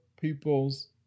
people's